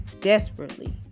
desperately